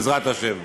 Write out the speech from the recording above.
בעזרת השם.